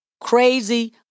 crazy